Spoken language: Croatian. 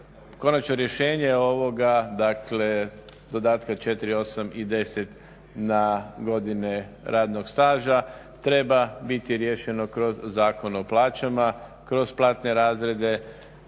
Konačno rješenje ovoga, dakle dodatka 4, 8 i 10 na godine radnog staža treba biti riješeno kroz Zakon o plaćama, kroz platne razrede,